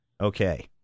Okay